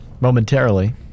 momentarily